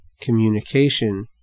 communication